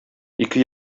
ике